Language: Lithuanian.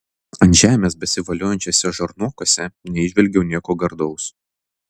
ant žemės besivoliojančiuose žarnokuose neįžvelgiau nieko gardaus